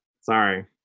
Sorry